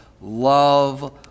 love